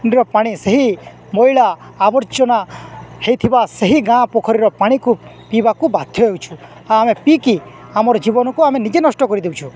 ର ପାଣି ସେହି ମଇଳା ଆବର୍ଜନା ହେଇଥିବା ସେହି ଗାଁ ପୋଖରୀର ପାଣିକୁ ପିଇବାକୁ ବାଧ୍ୟ ହେଉଛୁ ଆଉ ଆମେ ପିଇକି ଆମର ଜୀବନକୁ ଆମେ ନିଜେ ନଷ୍ଟ କରି ଦେଉଛୁ